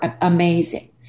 amazing